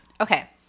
Okay